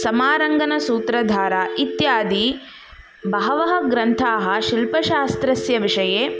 समारङ्गनसूत्रधारा इत्यादि बहवः ग्रन्थाः शिल्पशास्त्रस्य विषये